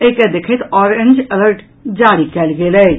एहि के देखैत औरेंज अलर्ट जारी कयल गेल अछि